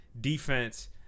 Defense